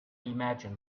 imagine